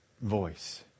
voice